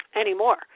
anymore